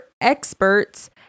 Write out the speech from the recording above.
experts